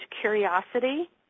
curiosity –